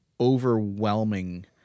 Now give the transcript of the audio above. overwhelming